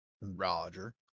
Roger